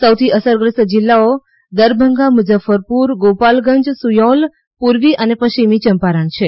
સૌથી અસરગ્રસ્ત જીલ્લાઓ દરભંગા મુઝફ્ફરપુર ગોપાલગંજ સુયૌલ પૂર્વી અને પશ્ચિમી ચંપારણ છે